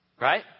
Right